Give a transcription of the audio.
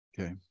okay